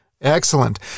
excellent